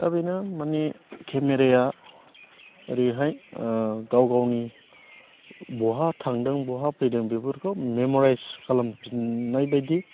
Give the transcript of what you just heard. दा बेनो मानि केमेराया ओरैहाय गाव गावनि बहा थांदों बहा फैदों बेफोरखौ मेमराय्स खालाम फिननाय बायदि